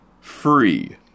Free